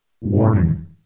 Warning